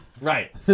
right